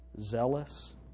zealous